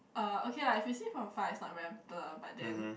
uh okay lah if you see from far it's not very blur but then